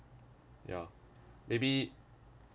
ya maybe